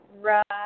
right